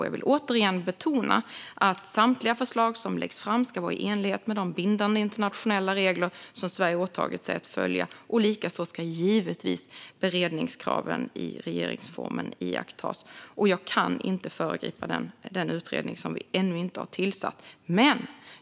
Jag vill återigen betona att samtliga förslag som läggs fram ska vara i enlighet med de bindande internationella regler som Sverige har åtagit sig att följa, och likaså ska givetvis beredningskraven i regeringsformen iakttas. Jag kan inte föregripa den utredning som vi ännu inte har tillsatt.